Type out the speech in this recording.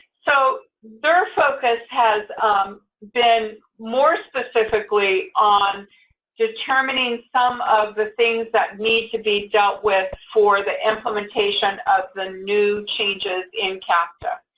so their focus has been more specifically on determining some of the things that need to be dealt with for the implementation of the new changes in capta.